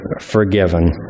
forgiven